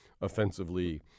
offensively